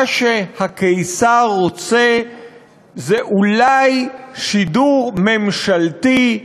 מה שהקיסר רוצה זה אולי שידור ממשלתי,